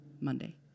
Monday